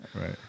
Right